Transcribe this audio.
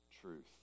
truth